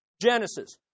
Genesis